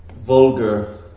vulgar